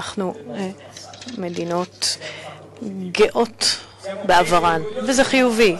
אנחנו מדינות גאות בעברן, וזה חיובי.